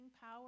power